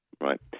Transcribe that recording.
Right